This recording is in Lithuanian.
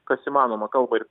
kas įmanoma kalba ir